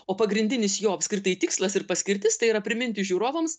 o pagrindinis jo apskritai tikslas ir paskirtis tai yra priminti žiūrovams